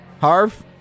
Harv